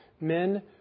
men